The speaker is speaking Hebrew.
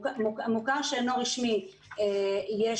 במוכר שאינו רשמי יש